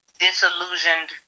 disillusioned